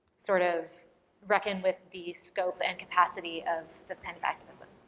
sort of reckon with the scope and capacity of this kind of activism.